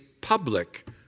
public